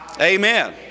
Amen